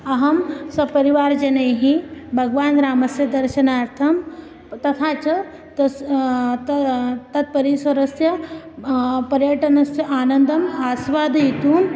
अहं स्वपरिवारजनैः भगवान् रामस्य दर्शनार्थं तथा च तस् तत् परिसरस्य पर्यटनस्य आनन्दम् आस्वादयितुम्